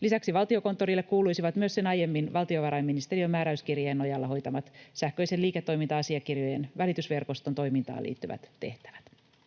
Lisäksi Valtiokonttorille kuuluisivat myös sen aiemmin valtiovarainministeriön määräyskirjeen nojalla hoitamat sähköisten liiketoiminta-asiakirjojen välitysverkoston toimintaan liittyvät tehtävät.